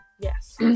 Yes